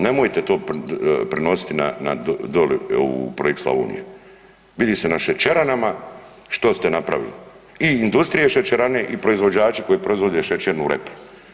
Nemojte to prenositi nam doli u projekt Slavonija, vidi se na šećeranama što ste napravili i industrije šećerane i proizvođači koji proizvode šećernu repu.